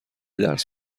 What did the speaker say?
درس